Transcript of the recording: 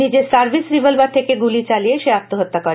নিজের সার্ভিস রিভলবার থেকে গুলি চালিয়ে আত্মহত্যা করে সে